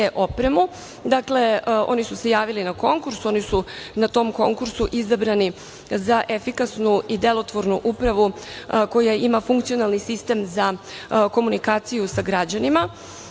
opremu. Dakle, oni su se javili na konkurs, oni su na tom konkursu izabrani za efikasnu i delotvornu upravu, koja ima funkcionalni sistem za komunikaciju sa građanima.